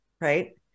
right